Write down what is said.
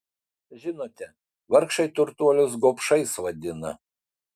žinote vargšai turtuolius gobšais vadina